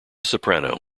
soprano